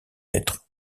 être